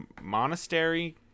monastery